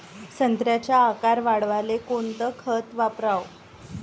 संत्र्याचा आकार वाढवाले कोणतं खत वापराव?